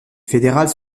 fédérales